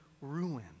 ruin